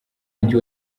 mujyi